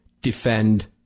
defend